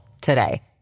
today